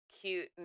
cute